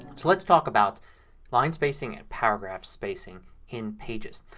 so let's talk about line spacing and paragraphs spacing in pages.